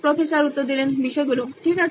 professor বিষয়গুলি ঠিক আছে